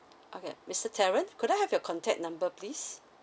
okay mister terrence could I have your contact number please